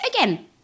Again